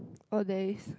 oh there is